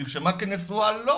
היא נרשמה כנשואה לו.